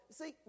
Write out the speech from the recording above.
see